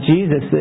Jesus